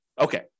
okay